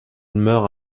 meurt